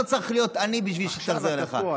לא צריך להיות עני כדי שהיא תתאכזר אליך.